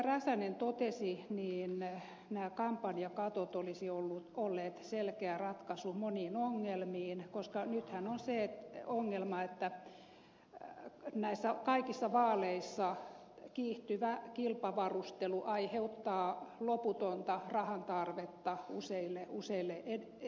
räsänen totesi nämä kampanjakatot olisivat olleet selkeä ratkaisu moniin ongelmiin koska nythän on se ongelma että kaikissa vaaleissa kiihtyvä kilpavarustelu aiheuttaa loputonta rahan tarvetta useille ehdokkaille